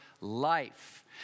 life